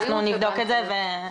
אנחנו נבדוק את זה ונפעל לתקן את זה.